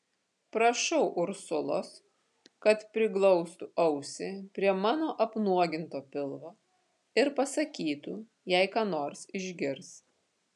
prašau ursulos kad priglaustų ausį prie mano apnuoginto pilvo ir pasakytų jei ką nors išgirs